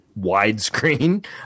widescreen